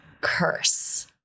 curse